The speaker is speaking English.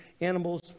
animals